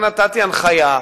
חלילה,